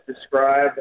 describe